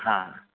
हां